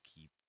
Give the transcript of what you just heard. keep